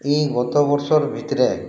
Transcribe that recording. ଇ ଗତ ବର୍ଷର୍ ଭିତ୍ରେ